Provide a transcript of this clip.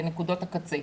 בנקודות הקצה.